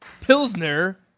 Pilsner